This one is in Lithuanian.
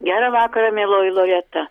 gerą vakarą mieloji loreta